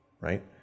right